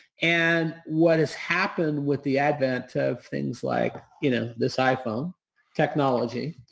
and what has happened with the advent of things like you know this iphone technology,